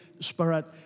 Spirit